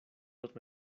los